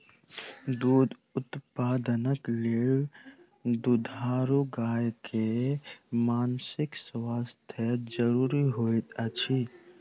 दूध उत्पादनक लेल दुधारू गाय के मानसिक स्वास्थ्य ज़रूरी होइत अछि